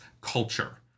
culture